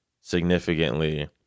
significantly